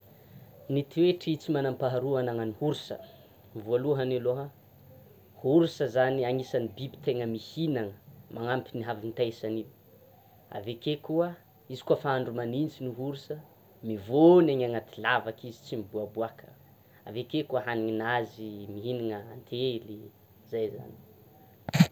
Ny toetry tsy manam-paharoa ananan'ny orsa, voalohany aloha orsa zany anisan'ny biby tegna mihinana, manampy ny havintesany iny, avekeo koa, izy koa fa andro magnitsy ny orsa mivony any anaty lavaka izy tsy mivoaboaka, avekeo koa hanina nazy mihinana antely, zay zany.